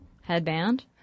headband